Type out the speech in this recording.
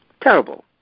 Terrible